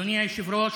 אדוני היושב-ראש,